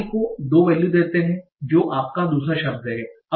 i को 2 value देते है जो आपका दूसरा शब्द है